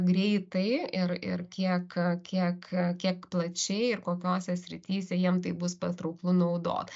greitai ir ir kiek kiek kiek plačiai ir kokiose srityse jiem tai bus patrauklu naudot